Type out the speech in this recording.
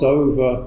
over